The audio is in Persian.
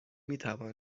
میتوان